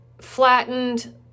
flattened